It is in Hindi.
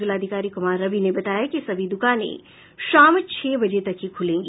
जिलाधिकारी कुमार रवि ने बताया कि सभी द्रकानें शाम छह बजे तक ही खुलेंगी